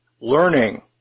learning